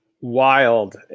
wild